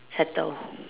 settle